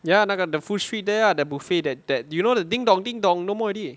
ya 那个 the food street there ah the buffet that that you know the Ding Dong Ding Dong no more already